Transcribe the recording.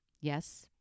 Yes